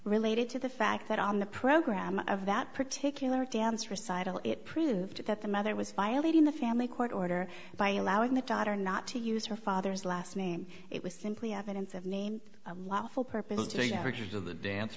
related to the fact that on the program of that particular dance recital it proved that the mother was violating the family court order by allowing the daughter not to use her father's last name it was simply evidence of name a lot for perpetrating averages of the dance